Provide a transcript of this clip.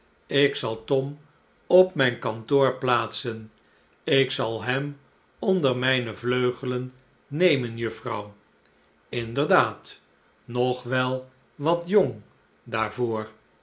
ik zal tom op mijn kantoor plaatsen ik zal hem onder mijne vleugelen nemen juffrouw inderdaad nog wel wat jong